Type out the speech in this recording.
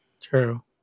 True